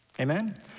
Amen